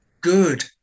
good